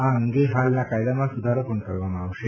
આ અંગે હાલના કાયદામાં સુધારો પણ કરવામાં આવશે